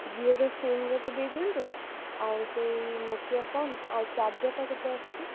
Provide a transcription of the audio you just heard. ଜିଓର ସିମ୍ ଗୋଟେ ଦେଇଦିଅନ୍ତୁ ଆଉ ସେଇ ନୋକିଆ ଫୋନ୍ ଆଉ ଚାର୍ଜରଟା କେତେ ଆସୁଛି